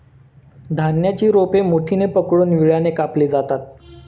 धान्याची रोपे मुठीने पकडून विळ्याने कापली जातात